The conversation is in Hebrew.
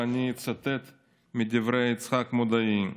ואני אצטט מדברי יצחק מודעי: